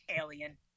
Alien